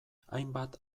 hainbat